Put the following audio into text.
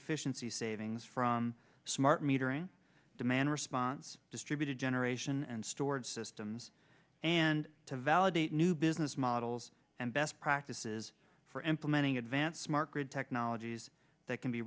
efficiency savings from smart metering demand response distributed generation and stored systems and to validate new business models and best practices for implementing advanced smart grid technologies that can be